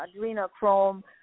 adrenochrome